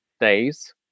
days